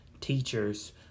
teachers